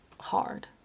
hard